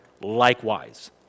likewise